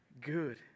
good